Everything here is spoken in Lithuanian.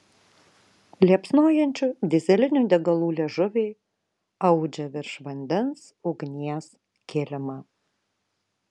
liepsnojančių dyzelinių degalų liežuviai audžia virš vandens ugnies kilimą